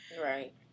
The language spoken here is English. Right